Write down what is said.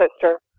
sister